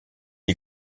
est